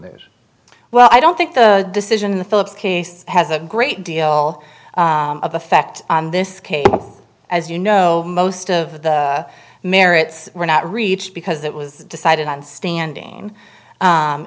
news well i don't think the decision the phillips case has a great deal of effect on this case as you know most of the merits were not reached because it was decided on standing